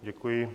Děkuji.